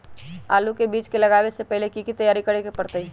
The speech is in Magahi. आलू के बीज के लगाबे से पहिले की की तैयारी करे के परतई?